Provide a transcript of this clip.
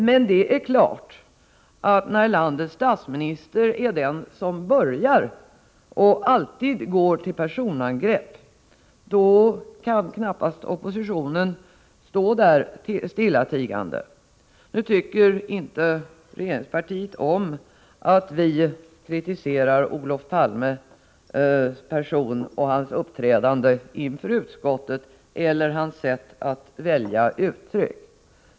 Men när landets statsminister är den som börjar och den som alltid går till personangrepp, så kan knappast oppositionen stå där stillatigande. Regeringspartiet tycker inte om att vi kritiserar Olof Palmes person, hans uppträdande inför utskottet eller hans sätt att välja uttryck.